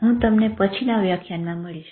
હું તમને પછીના વ્યાખ્યાનમાં મળીશ